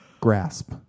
grasp